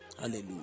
Hallelujah